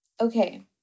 Okay